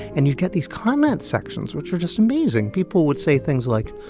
and you'd get these comments sections which are just amazing. people would say things like,